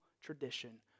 tradition